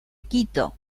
quito